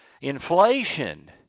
Inflation